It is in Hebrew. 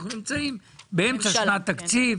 אנחנו נמצאים באמצע שנת תקציב,